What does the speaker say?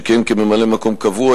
שכיהן כממלא-מקום קבוע,